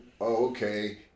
okay